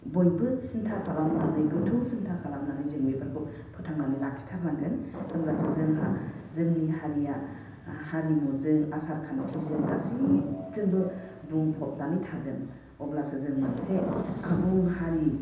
बयबो सिन्था खालामनानै गोथौ सिन्था खालामनानै जों बेफोरखौ फोथांनानै लाखिथारनांगोन होमब्लासो जोंहा जोंनि हारिया हारिमुजों आसारखान्थिजों गासिबजोंबो बुंफबनानै थागोन अब्लासो जों मोनसे आबुं हारि